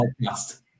podcast